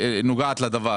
לגבי התוכנית